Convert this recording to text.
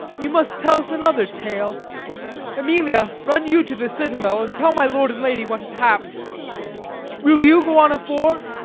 you must tell's another tale emilia, run you to the citadel, and tell my lord and lady what hath happ'd will you go on afore?